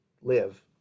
live